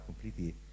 completely